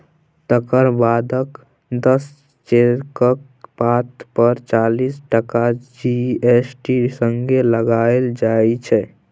तकर बादक दस चेकक पात पर चालीस टका जी.एस.टी संगे लगाएल जाइ छै